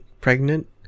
pregnant